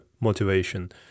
motivation